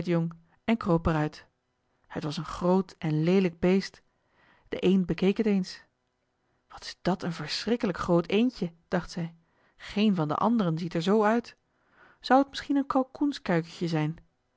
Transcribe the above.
en kroop er uit het was een groot en leelijk beest de eend bekeek het eens wat is dat een verschrikkelijk groot eendje dacht zij geen van de anderen ziet er zoo uit zou het misschien een kalkoensch kuikentje zijn